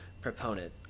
proponent